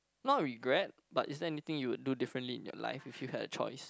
not regret but is there anything you would do differently in your life if you had a choice